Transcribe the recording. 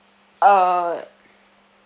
uh